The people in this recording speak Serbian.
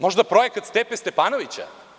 Možda projekat „Stepe Stepanovića“